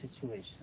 situation